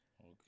Okay